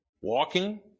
walking